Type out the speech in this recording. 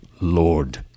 lord